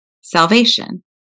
salvation